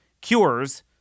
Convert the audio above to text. Cures